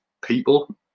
people